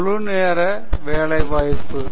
முழு நேர வேலைவாய்ப்பு